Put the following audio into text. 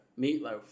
Meatloaf